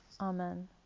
Amen